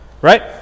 Right